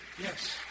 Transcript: Yes